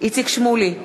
איציק שמולי,